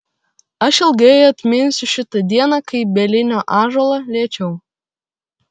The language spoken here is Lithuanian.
aš ilgai atminsiu šitą dieną kai bielinio ąžuolą liečiau